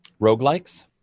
Roguelikes